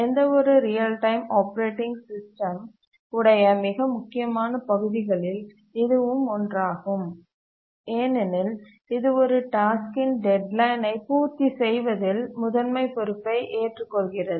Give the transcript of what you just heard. எந்தவொரு real time operating system உடைய மிக முக்கியமான பகுதிகளில் இதுவும் ஒன்றாகும் ஏனெனில் இது ஒரு டாஸ்க்கின் டெட்லைனை பூர்த்தி செய்வதில் முதன்மை பொறுப்பை ஏற்றுக்கொள்கிறது